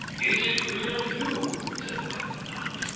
is it really you? said the commandant.